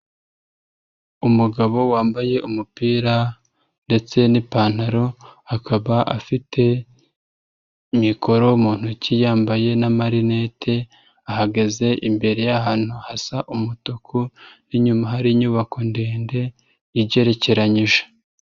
Umugabo wambaye umupira ndetse n'ipantaro, akaba afite mikoro mu ntoki yambaye n'amarinete, ahagaze imbere ahantu hasa umutuku, inyuma hari inyubako ndende igerekeranyije.